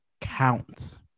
counts